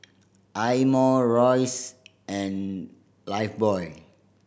Eye Mo Royce and Lifebuoy